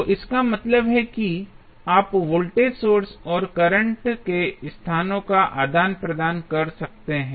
तो इसका मतलब है कि आप वोल्टेज सोर्स और करंट के स्थानों का आदान प्रदान कर सकते हैं